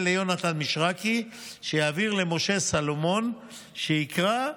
ליהונתן מישרקי שיעביר למשה סלומון שיקרא.